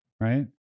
right